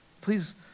Please